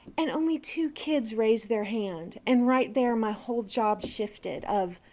and only two kids raised their hand. and right there my whole job shifted of